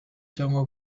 cyangwa